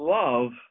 love